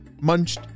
munched